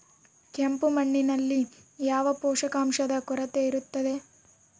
ಕೆಂಪು ಮಣ್ಣಿನಲ್ಲಿ ಯಾವ ಪೋಷಕಾಂಶದ ಕೊರತೆ ಇರುತ್ತದೆ?